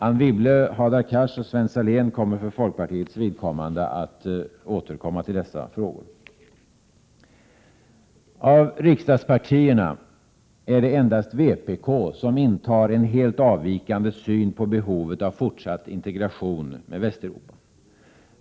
Anne Wibble, Hadar Cars och Sven Salén kommer för folkpartiets vidkommande att återkomma till dessa frågor. Av riksdagspartierna är det endast vpk som har en helt avvikande syn på behovet av fortsatt integration med Västeuropa.